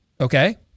okay